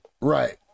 Right